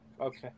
Okay